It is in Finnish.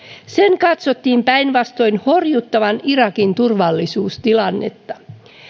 sen katsottiin päinvastoin horjuttavan irakin turvallisuustilannetta